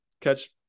catch